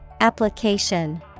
Application